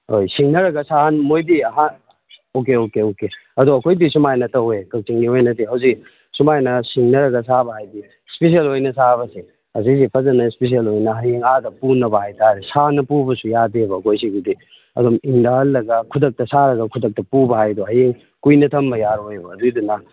ꯁꯤꯡꯅꯔꯒ ꯁꯥꯍꯟ ꯃꯣꯏꯗꯤ ꯑꯍꯥꯟ ꯑꯣꯀꯦ ꯑꯣꯀꯦ ꯑꯣꯀꯦ ꯑꯗꯣ ꯑꯩꯈꯣꯏꯗꯤ ꯁꯨꯃꯥꯏꯅ ꯇꯧꯋꯦ ꯀꯛꯆꯤꯡꯒꯤ ꯑꯣꯏꯅꯗꯤ ꯍꯧꯖꯤꯛ ꯁꯨꯃꯥꯏꯅ ꯁꯤꯡꯅꯔꯒ ꯁꯥꯕ ꯍꯥꯏꯗꯤ ꯏꯁꯄꯦꯁꯤꯑꯦꯜ ꯑꯣꯏꯅ ꯁꯥꯕꯁꯦ ꯑꯁꯤꯁꯤ ꯐꯖꯅ ꯏꯁꯄꯦꯁꯤꯑꯦꯜ ꯑꯣꯏꯅ ꯍꯌꯦꯡ ꯑꯥꯗ ꯄꯨꯅꯕ ꯍꯥꯏꯇꯥꯔꯦ ꯁꯥꯅ ꯄꯨꯕꯁꯨ ꯌꯥꯗꯦꯕ ꯑꯩꯈꯣꯏ ꯁꯤꯒꯤꯗꯤ ꯑꯗꯨꯝ ꯏꯪꯊꯍꯜꯂꯒ ꯈꯨꯗꯛꯇ ꯁꯥꯔꯒ ꯈꯨꯗꯛꯇ ꯄꯨꯕ ꯍꯥꯏꯗꯣ ꯍꯌꯦꯡ ꯀꯨꯏꯅ ꯊꯝꯕ ꯌꯥꯔꯣꯏꯕ ꯑꯗꯨꯏꯗꯨꯅ